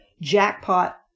jackpot